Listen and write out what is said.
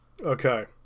Okay